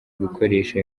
gukoresha